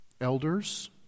Elders